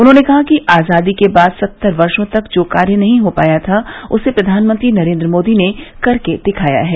उन्होंने कहा कि आजादी के बाद सत्तर वर्षो तक जो कार्य नहीं हो पाया था उसे प्रधानमंत्री नरेन्द्र मोदी ने करके दिखाया है